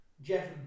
Jeff